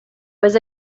was